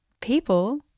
people